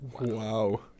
Wow